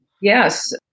Yes